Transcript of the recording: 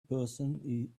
person